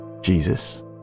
Jesus